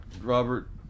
Robert